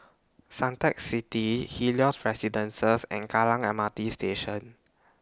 Suntec City Helios Residences and Kallang M R T Station